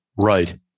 Right